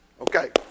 Okay